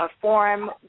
forum